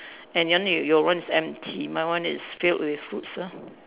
and your name your one is empty my one is filled with fruits ah